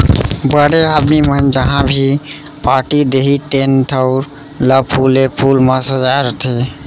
बड़े आदमी मन जहॉं भी पारटी देहीं तेन ठउर ल फूले फूल म सजाय रथें